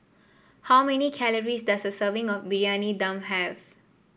how many calories does a serving of Briyani Dum have